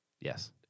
Yes